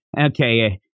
okay